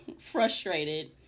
frustrated